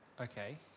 Okay